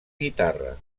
guitarra